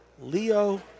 Leo